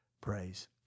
praise